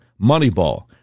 Moneyball